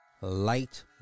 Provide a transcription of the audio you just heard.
light